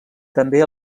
també